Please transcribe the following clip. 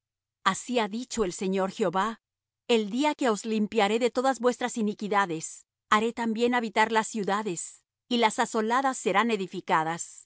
así ha dicho el señor jehová el día que os limpiaré de todas vuestras iniquidades haré también habitar las ciudades y las asoladas serán edificadas